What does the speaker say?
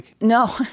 No